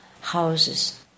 houses